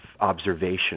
observation